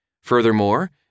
Furthermore